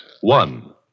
One